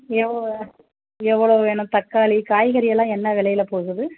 எவ் எவ்வளோ வேணும் தக்காளி காய்கறியெல்லாம் என்ன வெலையில் போகுது